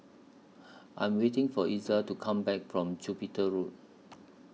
I Am waiting For Iza to Come Back from Jupiter Road